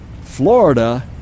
Florida